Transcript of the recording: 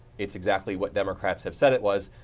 it's exactly what democrats have said it was.